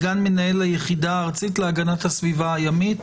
סגן מנהל היחידה הארצית להגנת הסביבה הימית.